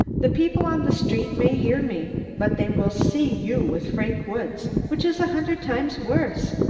the people on the street may hear me, but they will see you with frank woods, which is a hundred times worse.